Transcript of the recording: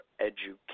education